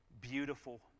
beautiful